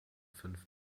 fünf